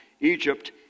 Egypt